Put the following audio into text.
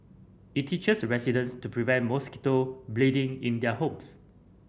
it teaches residents to prevent mosquito breeding in their homes